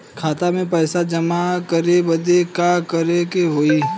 खाता मे पैसा जमा करे बदे का करे के होई?